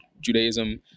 judaism